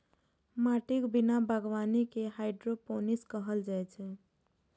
माटिक बिना बागवानी कें हाइड्रोपोनिक्स कहल जाइ छै